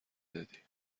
دادی